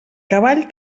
cavall